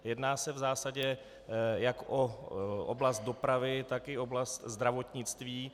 Jedná se v zásadě jak o oblast dopravy, tak i oblast zdravotnictví.